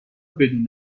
بدون